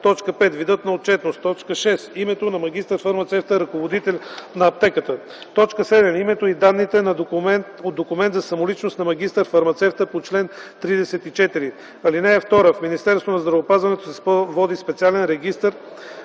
5. видът на отчетност; 6. името на магистър-фармацевта – ръководител на аптеката; 7. името и данни от документ за самоличност на магистър-фармацевта по чл. 34. (2) В Министерството на здравеопазването се води специален регистър